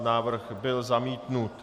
Návrh byl zamítnut.